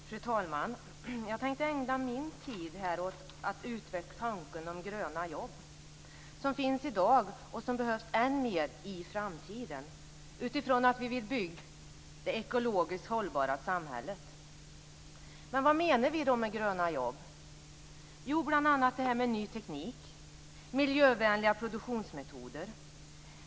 Fru talman! Jag tänkte ägna min tid åt att utveckla tanken om gröna jobb. De finns i dag, och de behövs än mer i framtiden utifrån att vi vill bygga det ekologiskt hållbara samhället. Men vad menar vi med gröna jobb? Jo, det gäller bl.a. det här med ny teknik och miljövänliga produktionsmetoder.